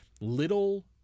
little